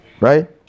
right